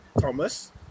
thomas